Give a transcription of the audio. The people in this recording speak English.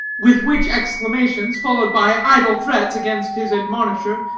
with which exclamations, followed by idle threats against his admonisher,